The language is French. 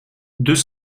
deux